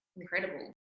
Incredible